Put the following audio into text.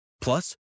Plus